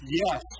yes